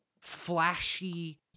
flashy